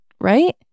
right